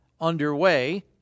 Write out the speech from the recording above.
underway